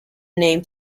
name